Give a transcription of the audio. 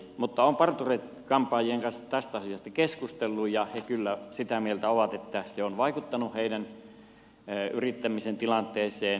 mutta olen parturi kampaajien kanssa tästä keskustellut ja he kyllä sitä mieltä ovat että se on vaikuttanut heidän yrittämisensä tilanteeseen